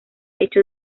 hecho